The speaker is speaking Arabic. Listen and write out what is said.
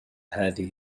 هذه